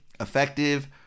effective